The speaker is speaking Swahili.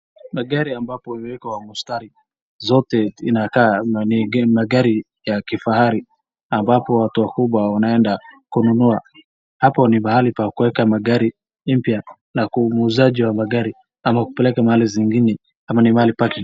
Magari ambapo imewekwa mstari zote inakaa ni magari ya kifahari ambapo watu wakubwa wanaenda kununua. Hapo ni mahali pa kuweka magari mpya na uzaaji wa magari ama kupeleka mahali zingine, ama ni mahali parking .